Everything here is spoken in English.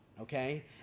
Okay